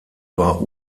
war